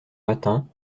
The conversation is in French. matin